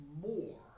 more